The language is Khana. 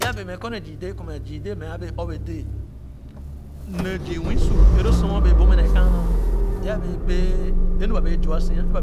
E a bee mɛ kɔ mɛ zü dee kɔ zii dee mɛ a bee ɔp bee dee nee zü su é loo sɔ a bee bamɛ nee kaana é abee béé lu ba wɛa zua sia pya